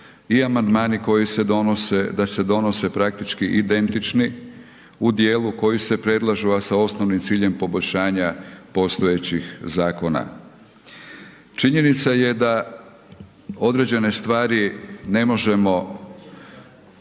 i amandmani koji se donose, da se donose praktički identični u dijelu koji se predlažu, a sa osnovnim ciljem poboljšanja postojećih zakona. Činjenica je da određene stvari ne možemo možda